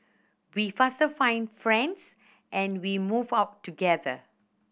we faster find friends and we move out together